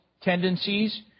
tendencies